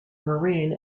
marine